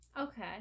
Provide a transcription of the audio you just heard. Okay